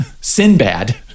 Sinbad